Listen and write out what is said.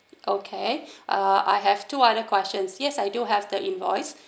okay uh I have two other questions yes I do have the invoice